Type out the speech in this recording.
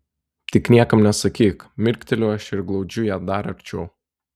tik niekam nesakyk mirkteliu aš ir glaudžiu ją dar arčiau